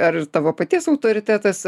ar tavo paties autoritetas